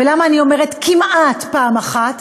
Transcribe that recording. ולמה אני אומרת כמעט פעם אחת?